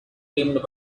tamed